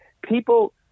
People